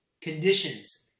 conditions